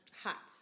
Hot